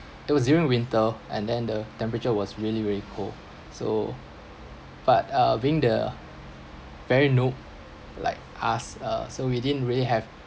it was during winter and then the temperature was really very cold so but uh being the very noob like pass uh so we didn't really have